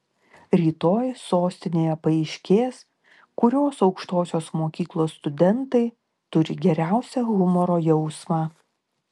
rytoj sostinėje paaiškės kurios aukštosios mokyklos studentai turi geriausią humoro jausmą